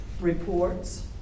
reports